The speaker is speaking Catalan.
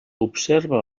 observa